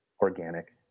organic